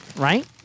right